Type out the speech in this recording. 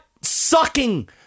sucking